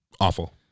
awful